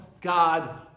God